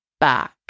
back